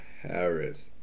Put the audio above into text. Harris